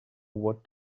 what